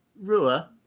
rua